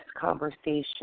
conversation